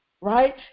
right